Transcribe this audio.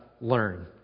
learn